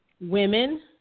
women